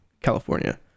california